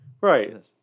right